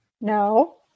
No